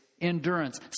endurance